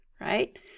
right